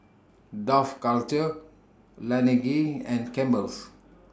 Dough Culture Laneige and Campbell's